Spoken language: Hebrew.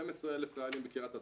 12,000 חיילים בקרית הדרכה,